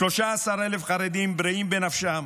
13,000 חרדים בריאים בנפשם,